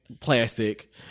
Plastic